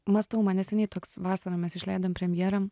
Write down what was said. mąstau man neseniai toks vasarą mes išleidom premjerą